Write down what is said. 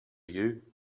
you